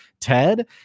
Ted